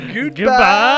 Goodbye